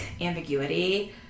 ambiguity